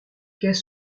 qu’est